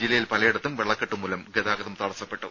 ജില്ലയിൽ പലയിടത്തും വെള്ളക്കെട്ട് മൂലം ഗതാഗതം തടസ്സപ്പെട്ടു